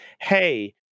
hey